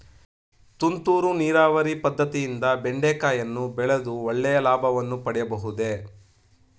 ತುಂತುರು ನೀರಾವರಿ ಪದ್ದತಿಯಿಂದ ಬೆಂಡೆಕಾಯಿಯನ್ನು ಬೆಳೆದು ಒಳ್ಳೆಯ ಲಾಭವನ್ನು ಪಡೆಯಬಹುದೇ?